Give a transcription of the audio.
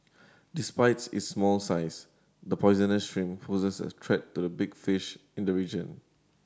despites its small size the poisonous shrimp poses a threat to the big fish in the region